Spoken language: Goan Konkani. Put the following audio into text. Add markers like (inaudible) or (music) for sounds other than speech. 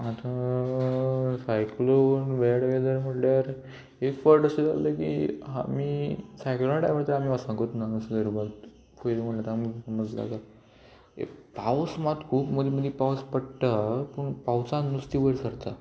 आतां सायक्लोन वेड वेगळें म्हणल्यार एक फावट अशें जाल्लें की आमी सायक्लोना टायमार तर आमी वसकूंत ना नुस्तें धरपाक कितें म्हणटा तें आमी (unintelligible) पावस मात खूब मदीं मदीं पावस पडटा पूण पावसान नुस्तें वयर सरता